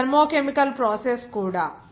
ఇది thermochemical process కూడా